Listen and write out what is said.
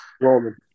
Roman